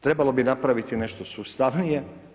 Trebalo bi napraviti nešto sustavnije.